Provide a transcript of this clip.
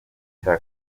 cya